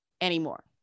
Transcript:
anymore